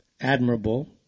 admirable